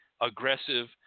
aggressive